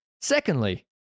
Secondly